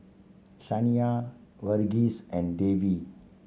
Saina Verghese and Devi